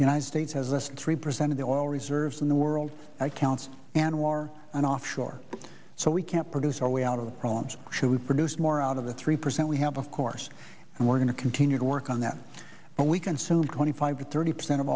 united states has us three percent of the oil reserves in the world counts anwar and offshore so we can't produce our way out of the problems should we produce more out of the three percent we have of course and we're going to continue to work on that we consume twenty five to thirty percent of